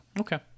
Okay